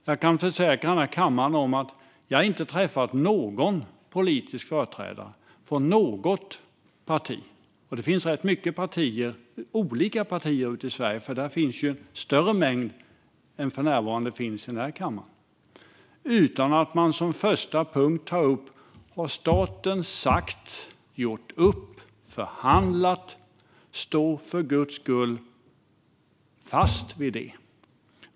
Jag kan försäkra kammaren om att jag inte har träffat någon politisk företrädare från något parti - och det finns rätt många olika partier ute i Sverige; mängden är större än vad den för närvarande är i denna kammare - utan att personen som första punkt har tagit upp följande: Om staten har sagt något, gjort upp något eller förhandlat, stå för guds skull fast vid det!